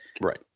right